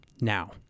now